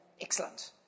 Excellent